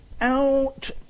out